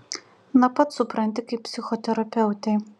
na pats supranti kaip psichoterapeutei